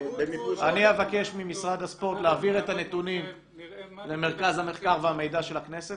אני אבקש ממשרד הספורט להעביר את הנתונים למרכז המחקר והמידע של הכנסת